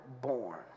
born